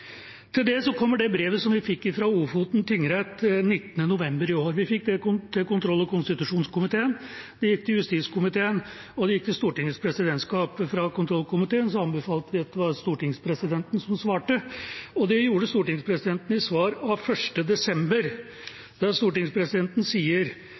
Til det kommer det brevet som vi fikk fra Ofoten tingrett 19. november i år. Vi fikk det til kontroll- og konstitusjonskomiteen, det gikk til justiskomiteen, og det gikk til Stortingets presidentskap. Fra kontrollkomiteen anbefalte vi at det var stortingspresidenten som svarte, og det gjorde stortingspresidenten, i svar av 1. desember, der stortingspresidenten sier